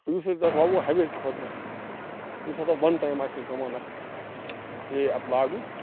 یُس أسۍ اَتھ ووَوٕہو ہمیشہِ خٲطرٕ یُس ہسا وَن ٹایم آسہِ ہَے پیٚوان اَسہِ پیٚیہِ ہے اَتھ لاگُن